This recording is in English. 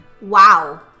Wow